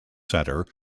center